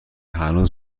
هنوز